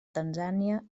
tanzània